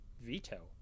veto